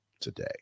today